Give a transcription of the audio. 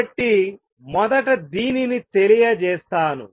కాబట్టి మొదట దీనిని తెలియజేస్తాను